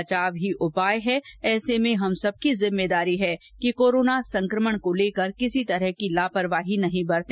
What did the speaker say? बचाव ही उपाय है ऐसे में हम सभी की जिम्मेदारी है कि कोरोना संकमण को लेकर किसी तरह की लापरवाही नहीं बरते